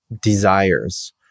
desires